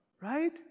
right